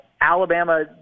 Alabama